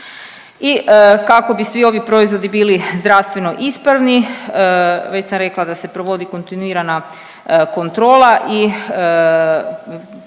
I kako bi svi ovi proizvodi bili zdravstveno ispravni već sam rekla da se provodi kontinuirana kontrola i